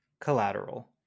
Collateral